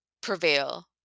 prevail